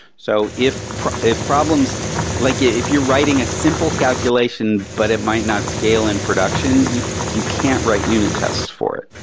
so if if problems like if you're writing a simple calculation, but it might not scale in production, you you can't write unit tests for it.